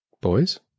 boys